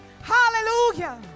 Hallelujah